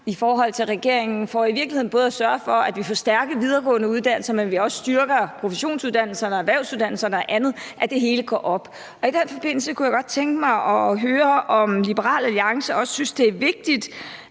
nu sammen med regeringen for i virkeligheden både at sørge for, at vi får stærke videregående uddannelse, men at vi også styrker professionsuddannelserne og erhvervsuddannelserne og andet, og at det hele går op. I den forbindelse kunne jeg godt tænke mig at høre, om Liberal Alliance også synes, det er vigtigt,